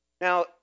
Now